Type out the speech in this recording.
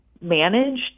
managed